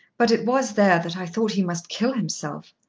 but it was there that i thought he must kill himself.